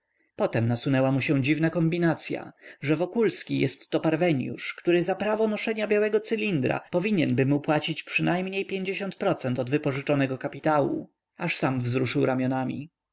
potem nasunęła mu się dziwna kombinacya że wokulski jestto parweniusz który za prawo noszenia białego cylindra powinienby mu płacić przynajmniej pięćdziesiąt procent od wypożyczonego kapitału aż sam wzruszył ramionami